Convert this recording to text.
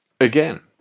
again